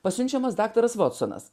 pasiunčiamas daktaras vatsonas